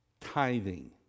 tithing